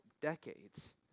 decades